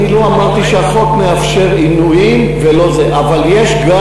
אני לא אמרתי שהחוק מאפשר עינויים, אבל יש גם